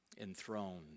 enthroned